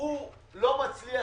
הוא לא מצליח